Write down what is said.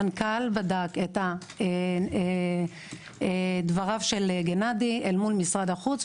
המנכ"ל בדק את דבריו של גנדי מול משרד החוץ.